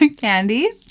candy